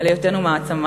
הוא חוקר מאוד גדול מאז.